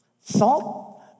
Salt